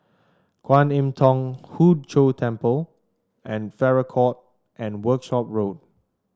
Kwan Im Thong Hood Cho Temple and Farrer Court and Workshop Road